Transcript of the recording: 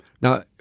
Now